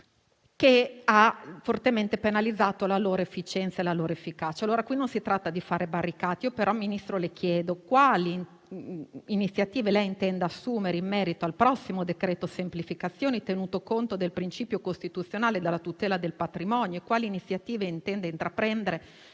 che ha fortemente penalizzato la loro efficienza e la loro efficacia. Non si tratta quindi di fare barricate, tuttavia, signor Ministro, le chiedo quali iniziative intenda assumere in merito al prossimo decreto-legge semplificazioni, tenuto conto del principio costituzionale della tutela del patrimonio, e quali iniziative intenda intraprendere